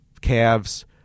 calves